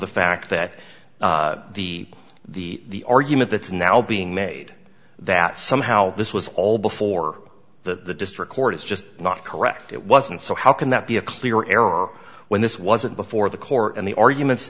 the fact that the the argument that's now being made that somehow this was all before the district court is just not correct it wasn't so how can that be a clear error when this wasn't before the court and the arguments